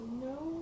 No